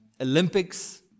Olympics